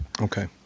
Okay